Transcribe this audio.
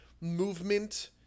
movement